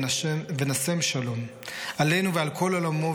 ונשם שלום / עלינו ועל כל עולמו,